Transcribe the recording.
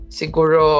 siguro